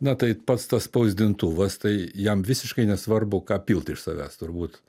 na tai pats tas spausdintuvas tai jam visiškai nesvarbu ką pilt iš savęs turbūt